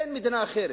אין מדינה אחרת.